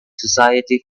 society